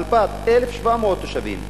אל-באט, 1,700 תושבים,